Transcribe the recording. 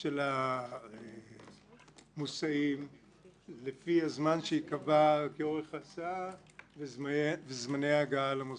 של המוסעים לפי הזמן שיקבע כאורך הסעה וזמני ההגעה למוסדות.